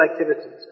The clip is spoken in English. activities